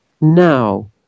now